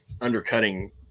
undercutting